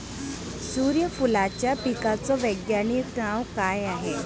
सुर्यफूलाच्या पिकाचं वैज्ञानिक नाव काय हाये?